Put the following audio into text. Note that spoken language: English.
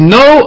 no